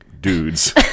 dudes